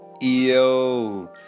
yo